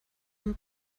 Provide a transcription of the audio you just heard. amb